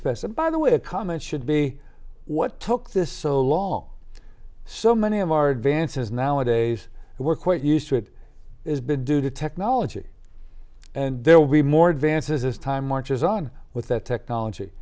and by the way a comment should be what took this so long so many of our vance's nowadays were quite used to it has been due to technology and there will be more advances as time marches on with that technology